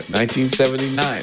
1979